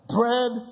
bread